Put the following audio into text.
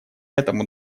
этому